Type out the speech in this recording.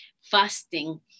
fasting